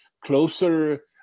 closer